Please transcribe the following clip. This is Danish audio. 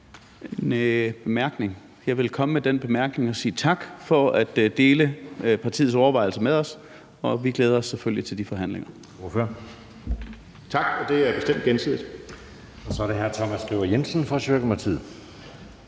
Jeg vil komme med den bemærkning at sige tak for at dele partiets overvejelser med os, og vi glæder os selvfølgelig til de forhandlinger.